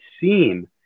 seem